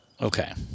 Okay